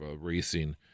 racing